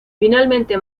finalmente